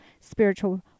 spiritual